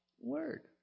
Word